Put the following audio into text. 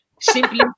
simply